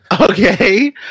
Okay